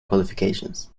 qualifications